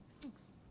Thanks